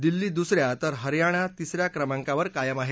दिल्ली दुसऱ्या तर हरयाणा तिसऱ्या क्रमांकावर कायम आहेत